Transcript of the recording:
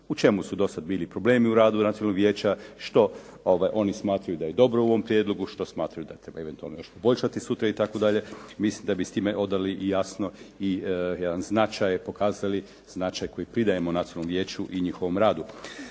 u čemu su do sad bili problemi u radu Nacionalnog vijeća, što oni smatraju da je dobro u ovom prijedlogu, što smatraju da treba eventualno još poboljšati sutra itd. Mislim da bi s time odali jasno i jedan značaj, pokazali značaj koji pridajemo Nacionalnom vijeću i njihovom radu.